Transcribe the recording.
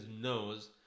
nose